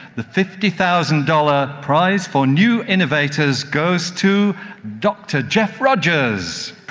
the fifty thousand dollars prize for new innovators goes to dr geoff rogers.